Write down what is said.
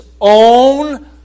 own